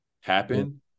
happen